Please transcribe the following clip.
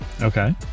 Okay